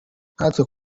nkatwe